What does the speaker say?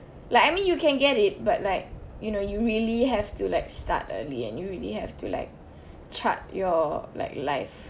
like I mean you can get it but like you know you really have to like start early and you really have to like chart your like life